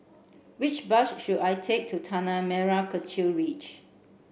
which bus should I take to Tanah Merah Kechil Ridge